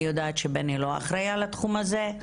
אני יודעת שבני לא אחראי על התחום הזה,